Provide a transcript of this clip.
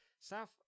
south